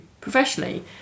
professionally